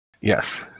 Yes